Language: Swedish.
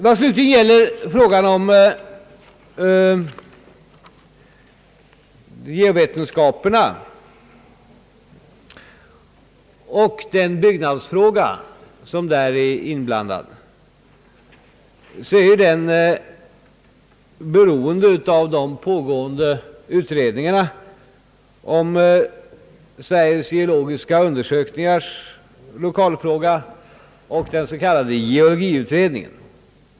Vad slutligen gäller frågan om ge0 vetenskaperna och den byggnadsfråga som i det sammanhanget är inblandad vill jag säga att den är beroende av de pågående utredningarna om Sveriges geologiska undersökningars lokalfråga och den s.k. geologiutredningen.